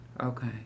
okay